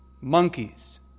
monkeys